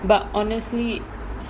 but honestly